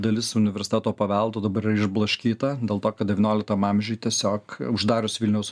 dalis universiteto paveldo dabar yra išblaškyta dėl to kad devynioliktam amžiuj tiesiog uždarius vilniaus